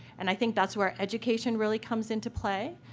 and i think that's where education really comes into play.